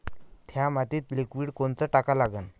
थ्या मातीत लिक्विड कोनचं टाका लागन?